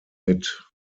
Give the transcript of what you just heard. mit